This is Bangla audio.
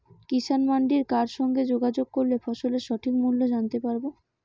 কিষান মান্ডির কার সঙ্গে যোগাযোগ করলে ফসলের সঠিক মূল্য জানতে পারবো?